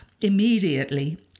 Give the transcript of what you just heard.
Immediately